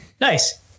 Nice